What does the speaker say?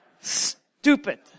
Stupid